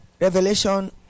Revelation